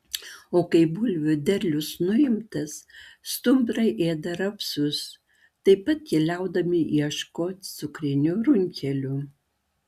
o kai bulvių derlius nuimtas stumbrai ėda rapsus taip pat keliaudami ieško cukrinių runkelių